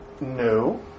No